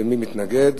מי מתנגד?